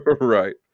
Right